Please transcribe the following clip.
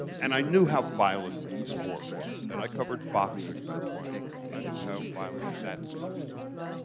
and i knew how violent the sport was. and i covered boxing for twenty years, and i knew how violent that sport was.